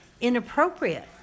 inappropriate